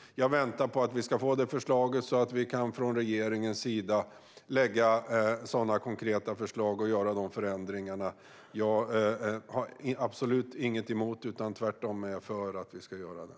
Jag väntar på att vi ska få det förslaget så att vi från regeringens sida kan lägga fram konkreta förslag och göra de förändringarna. Jag har absolut inget emot det, utan jag är tvärtom för att vi ska göra det.